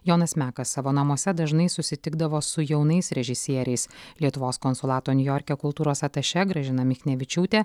jonas mekas savo namuose dažnai susitikdavo su jaunais režisieriais lietuvos konsulato niujorke kultūros atašė gražina michnevičiūtė